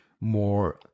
more